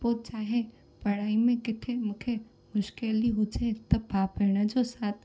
पोइ चाहे पढ़ाई में किथे मूंखे मुश्किल हुजे त भाउ भेण जो साथ